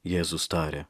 jėzus tarė